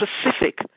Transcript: specific